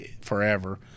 forever